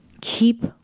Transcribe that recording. Keep